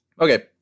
Okay